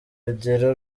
ugire